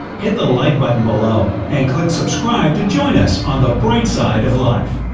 hit the like button below and click subscribe to join us on the bright side of life!